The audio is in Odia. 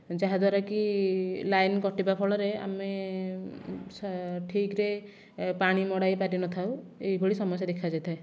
ଯାହାଦ୍ୱାରା କି ଲାଇନ କଟିବା ଫଳରେ ଆମେ ଠିକରେ ପାଣି ମଡ଼ାଇ ପାରିନଥାଉ ଏହିଭଳି ସମସ୍ୟା ଦେଖାଯାଇଥାଏ